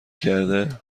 کرده